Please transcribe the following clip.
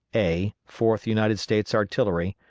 a, fourth united states artillery,